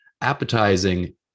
appetizing